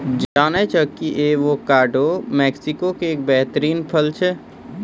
जानै छौ कि एवोकाडो मैक्सिको के एक बेहतरीन फल छेकै